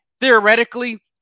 Theoretically